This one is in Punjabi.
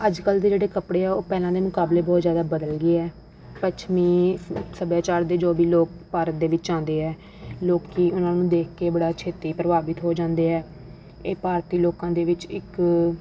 ਅੱਜ ਕੱਲ੍ਹ ਦੇ ਜਿਹੜੇ ਕੱਪੜੇ ਹੈ ਉਹ ਪਹਿਲਾਂ ਦੇ ਮੁਕਾਬਲੇ ਬਹੁਤ ਜ਼ਿਆਦਾ ਬਦਲ ਗਏ ਹੈ ਪੱਛਮੀ ਸੱਭਿਆਚਾਰ ਦੇ ਜੋ ਵੀ ਲੋਕ ਭਾਰਤ ਦੇ ਵਿੱਚ ਆਉਂਦੇ ਹੈ ਲੋਕ ਉਹਨਾਂ ਨੂੰ ਦੇਖ ਕੇ ਬੜਾ ਛੇਤੀ ਪ੍ਰਭਾਵਿਤ ਹੋ ਜਾਂਦੇ ਹੈ ਇਹ ਭਾਰਤੀ ਲੋਕਾਂ ਦੇ ਵਿੱਚ ਇੱਕ